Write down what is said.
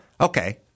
Okay